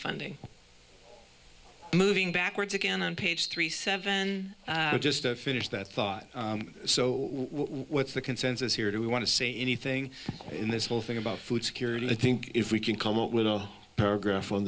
funding moving backwards again on page three seven just to finish that thought so what's the consensus here do we want to say anything in this whole thing about food security i think if we can come up with a paragraph on